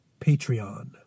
Patreon